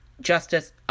justice